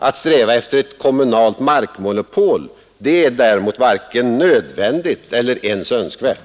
Att sträva efter ett kommunalt maktmonopol är däremot varken nödvändigt eller ens önskvärt.